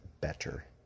better